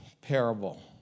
parable